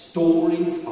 Stories